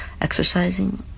exercising